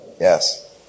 Yes